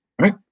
right